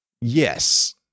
Yes